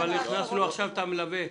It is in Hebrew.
הכנסנו עכשיו את המלווה.